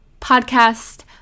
podcast